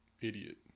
idiot